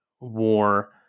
war